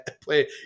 play